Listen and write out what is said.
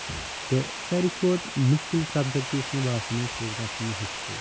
تہٕ ساروی کھۄتہٕ مِشکِل سَبجیٚکٹ یُس مےٚ باسان اوس سُہ اوس باسان مےٚ ہسٹری